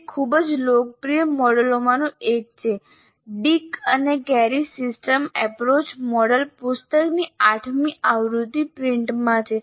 તે ખૂબ જ લોકપ્રિય મોડેલોમાંનું એક છે અને ડિક અને કેરી સિસ્ટમ્સ એપ્રોચ મોડલ પુસ્તકની આઠમી આવૃત્તિ પ્રિન્ટમાં છે